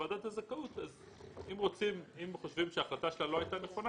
אם חושבים שההחלטה שלה לא הייתה נכונה,